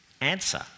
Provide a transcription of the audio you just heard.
answer